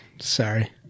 sorry